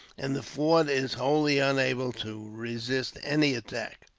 and the fort is wholly unable to resist any attack.